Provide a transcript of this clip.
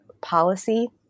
policy